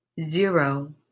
Zero